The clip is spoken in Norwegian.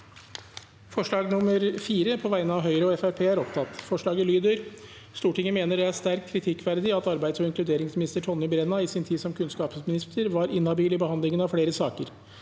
forslag nr. 4, fra Høy- re og Fremskrittspartiet. Forslaget lyder: «Stortinget mener det er sterkt kritikkverdig at arbeids- og inkluderingsminister Tonje Brenna i sin tid som kunnskapsminister var inhabil i behandlingen av flere saker.»